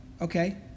okay